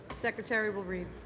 secretary will read.